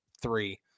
three